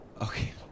Okay